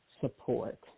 support